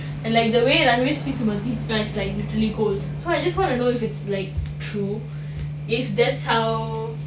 and like the way ranveer speaks about deepika is like neutrally golds so I just want to know if it's like true if that's how